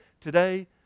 today